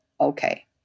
okay